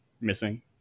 missing